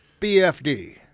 BFD